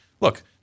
look